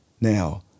Now